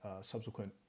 subsequent